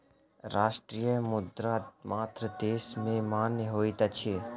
राष्ट्रीय मुद्रा मात्र देश में मान्य होइत अछि